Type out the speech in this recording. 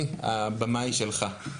בבקשה.